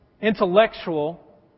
intellectual